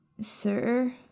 Sir